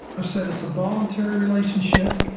i've said it's a voluntary relationship,